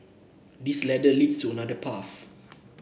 this ladder leads to another path